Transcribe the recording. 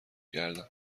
کردم